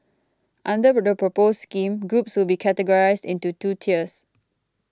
under the proposed scheme groups will be categorised into two tiers